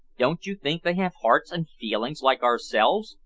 don't you think they have hearts and feelings like ourselves?